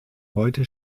heute